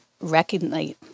recognize